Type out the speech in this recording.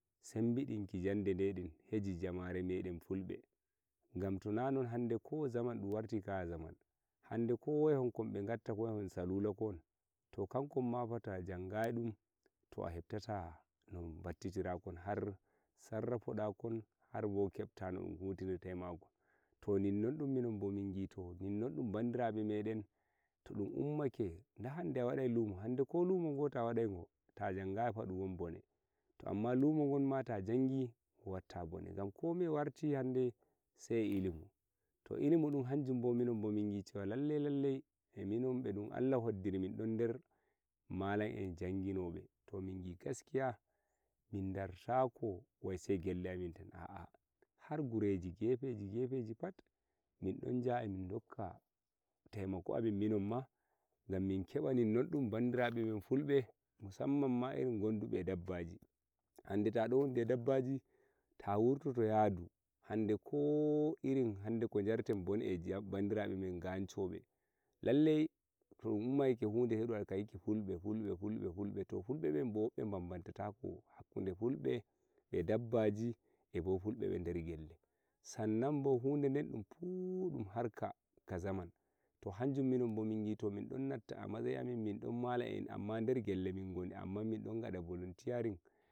sembidin ki jande de eh dum hoje jamare meden fulbe gam to nanon hande ko zaman dum warti kaya zaman hande ko waya hon kon be gatta salula kon to kan kon ma fa ta jangayi dum to a heptata no battitira kon har sarrafoda kon har bo kepta no dum hudirirta eh majum to minon dum minon bo min gi to ninnon dum bandirabe me to dum ummake da hande warai lumo bo lumo go ta wadai dum ta jangayi fa dum won bone to amma lumo gon ma ta jangi dum watta bone kowadi komai warti hande sai eh ilimi to ilimi dum hanjum bo min gi lallai lallai emi non eh dum Allah middon nder malam en janginobe min gi gaskiya min dartako wai sai gelle amin a'a har gureji gefeji gefeji pat min don jaha e min kokka taimako amin minon ma gam min keba noddum bandirabe fulbe musamman a nen gondube eh dabbaji hande ta don wondi eh dabbaji ta wurtoto yasi hande ko irin ko jarten bone me shak bandirawomen ganshobe lauci to dun ummanake hude sai dunwadakayiki fulbe fulbe to fulbe benbo be banbanta tako hakkude fulbe eh dabbaji eh fulbe be dergelle sannan bo hude den fu dun harka ka zamanu to hanjum minon bo min gi min don nodda eh matsayiamin dommalam en amma dergelle min goni amma don gada volunteering